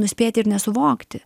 nuspėti ir nesuvokti